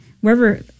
wherever